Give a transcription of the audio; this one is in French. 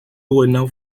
renard